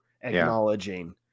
acknowledging